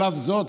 על אף זאת,